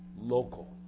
local